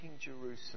Jerusalem